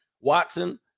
Watson